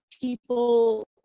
people